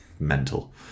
Mental